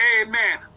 amen